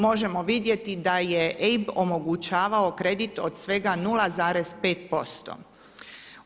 Možemo vidjeti da je EIB omogućavao kredit od svega 0,5%